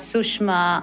Sushma